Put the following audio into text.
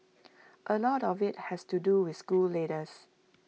A lot of IT has to do with school leaders